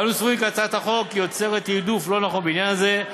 אנו סבורים כי הצעת החוק יוצרת תעדוף לא נכון בעניין זה.